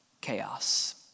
chaos